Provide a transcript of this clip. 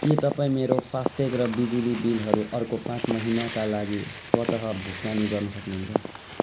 के तपाईँ मेरो फासट्याग र बिजुली बिलहरू अर्को पाँच महिनाका लागि स्वतः भुक्तानी गर्न सक्नुहुन्छ